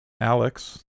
Alex